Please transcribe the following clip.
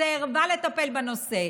סירבה לטפל בנושא.